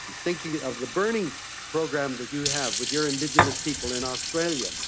thinking of the burning program that you have with your indigenous people in australia.